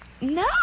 No